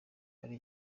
ari